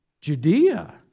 Judea